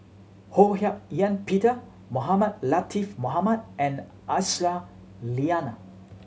Ho Hak Ean Peter Mohamed Latiff Mohamed and Aisyah Lyana